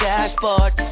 Dashboard